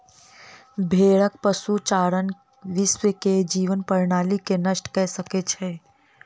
भेड़क पशुचारण विश्व के जीवन प्रणाली के नष्ट कय सकै छै